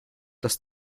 dass